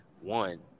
one